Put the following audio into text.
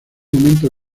aumento